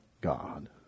God